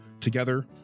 Together